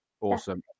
Awesome